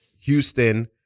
houston